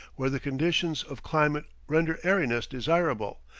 where the conditions of climate render airiness desirable,